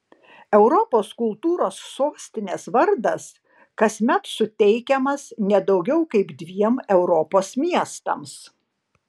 europos kultūros sostinės vardas kasmet suteikiamas ne daugiau kaip dviem europos miestams